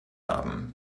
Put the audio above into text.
haben